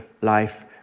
life